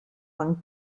van